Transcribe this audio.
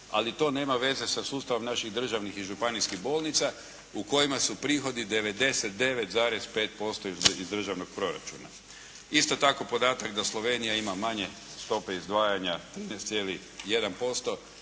ali to nema veze sa sustavom naših državnih i županijskih bolnica u kojima su prihodi 99,5% iz državnog proračuna. Isto tako podatak da Slovenija ima manje stope izdvajanja 13,1%